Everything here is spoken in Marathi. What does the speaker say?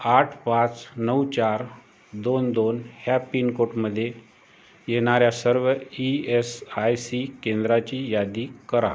आठ पाच नऊ चार दोन दोन ह्या पिनकोडमध्ये येणाऱ्या सर्व ई एस आय सी केंद्रांची यादी करा